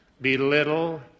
belittle